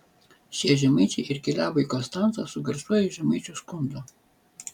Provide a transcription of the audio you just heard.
šie žemaičiai ir keliavo į konstancą su garsiuoju žemaičių skundu